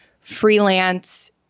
freelance